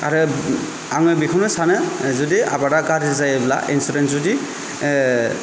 आरो आङो बेखौनो सानो जुदि आबादा गाज्रि जायोब्ला एन्सुरेन्स जुदि